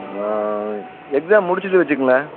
exam முடிச்சுட்டு வச்சுக்குங்களேன்